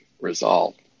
resolved